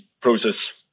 process